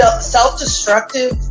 self-destructive